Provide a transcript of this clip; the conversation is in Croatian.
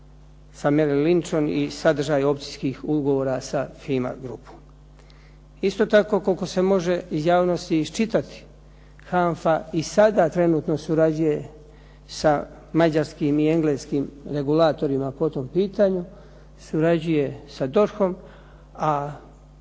se ne razumije./… i sadržaj opcijskih ugovora sa FIMA grupom. Isto tako koliko se može iz javnosti iščitati HANFA i sada trenutno surađuje sa mađarskim i engleskim regulatorima po tom pitanju, surađuje sa DORH-om,